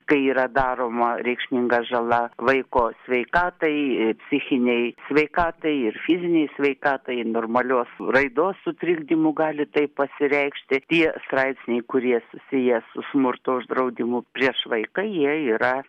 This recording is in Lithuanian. kai yra daroma reikšminga žala vaiko sveikatai psichinei sveikatai ir fizinei sveikatai normalios raidos sutrikdymu gali taip pasireikšti tie straipsniai kurie susiję su smurto uždraudimu prieš vaiką jie yra